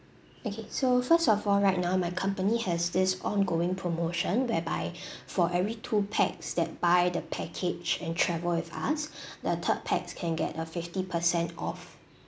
okay so first of all right now my company has this ongoing promotion whereby for every two pax that buy the package and travel with us the third pax can get a fifty percent off